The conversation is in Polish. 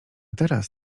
teraz